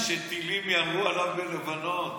הבן אדם סיפר שטילים ירו עליו מלבנון,